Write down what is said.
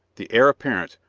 the heir apparent,